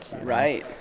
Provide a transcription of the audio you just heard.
right